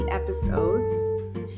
Episodes